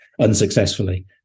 unsuccessfully